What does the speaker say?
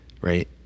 right